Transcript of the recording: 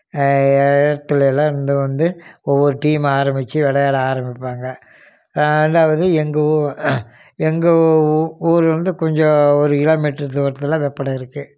இடத்துலைலாம் இருந்து வந்து ஒவ்வொரு டீமாக ஆரம்பித்து விளையாட ஆரம்பிப்பாங்க ரெண்டாவது எங்கள் ஊ எங்கள் ஊ ஊர் வந்து கொஞ்சம் ஒரு கிலோமீட்டர் தூரத்தில் வெப்பட இருக்குது